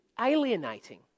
alienating